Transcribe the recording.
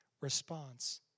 response